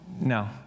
no